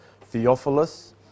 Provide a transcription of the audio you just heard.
Theophilus